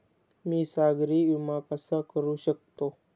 मी सागरी विमा कसा करू शकतो?